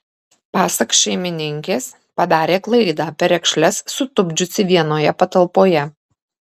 pasak šeimininkės padarė klaidą perekšles sutupdžiusi vienoje patalpoje